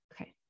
Okay